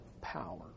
power